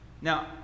Now